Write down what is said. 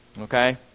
Okay